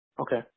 Okay